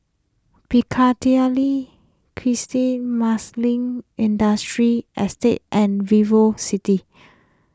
Piccadilly cresting Marsiling Industrial Estate and VivoCity